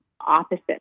opposite